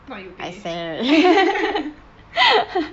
not you pay